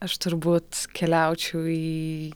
aš turbūt keliaučiau į